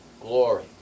glory